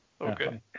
okay